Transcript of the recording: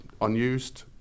unused